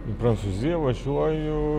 į prancūziją važiuoju